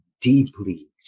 deeply